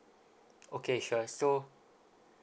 okay sure so